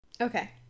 Okay